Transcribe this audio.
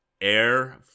air